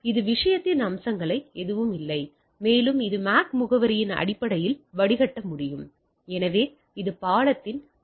இது விஷயத்தின் அம்சங்கள் எதுவுமில்லை மேலும் இது MAC முகவரியின் அடிப்படையில் வடிகட்ட முடியும் எனவே இது பாலத்தின் மற்ற சொத்து